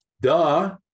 Duh